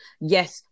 yes